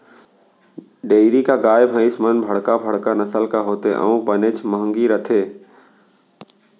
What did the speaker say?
dairy के गाय भईंस मन बड़का बड़का नसल के होथे अउ बनेच महंगी रथें